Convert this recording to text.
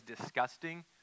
disgusting